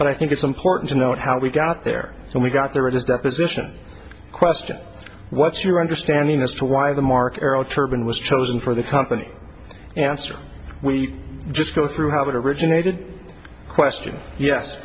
but i think it's important to note how we got there and we got there it is deposition question what's your understanding as to why the mark arrow turban was chosen for the company answer we just go through how it originated question yes